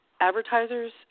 advertisers